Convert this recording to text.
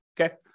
Okay